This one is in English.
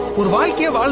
with like you!